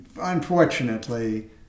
unfortunately